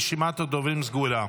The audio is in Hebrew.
רשימת הדוברים סגורה.